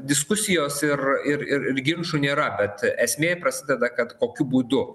diskusijos ir ir ir ir ginčų nėra bet esmė prasideda kad kokiu būdu